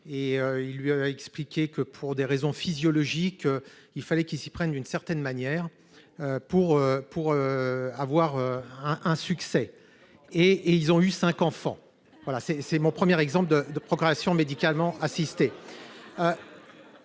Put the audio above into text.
à la première que, pour des raisons physiologiques, il fallait qu'ils s'y prennent d'une certaine manière pour obtenir le succès. Ils ont eu cinq enfants ... Un premier exemple de procréation médicalement assistée